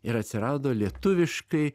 ir atsirado lietuviškai